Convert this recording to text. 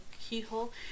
keyhole